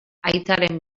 aitaren